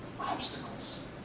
obstacles